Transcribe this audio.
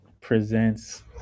presents